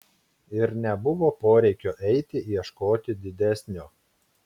ir nebuvo poreikio eiti ieškoti didesnio